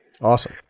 Awesome